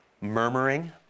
murmuring